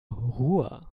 ruhr